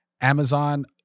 Amazon